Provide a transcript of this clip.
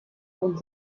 und